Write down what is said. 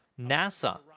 NASA